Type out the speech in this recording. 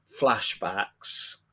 flashbacks